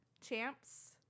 Champs